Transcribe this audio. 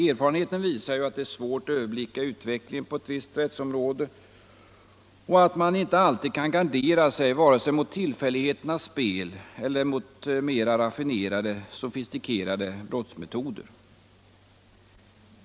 Erfarenheten visar ju att det är svårt att överblicka utvecklingen på ett visst rättsområde och att man inte alltid kan gardera sig vare sig mot tillfälligheternas spel eller mot mera raffinerade, sofistikerade brottsmetoder.